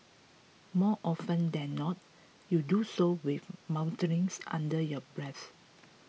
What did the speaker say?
more often than not you do so with mutterings under your breath